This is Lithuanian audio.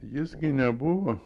jis gi nebuvo